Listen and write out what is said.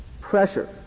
pressure